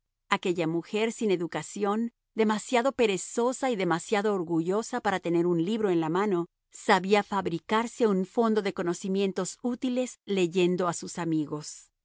aquella mujer sin educación demasiado perezosa y demasiado orgullosa para tener un libro en la mano sabía fabricarse un fondo de conocimientos útiles leyendo a sus amigos